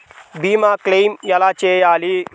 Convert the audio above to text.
భీమ క్లెయిం ఎలా చేయాలి?